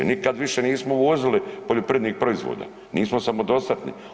Nikad više nismo uvozili poljoprivrednih proizvoda, nismo samodostatni.